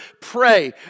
pray